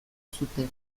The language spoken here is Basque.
zuten